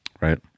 right